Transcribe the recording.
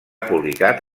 publicat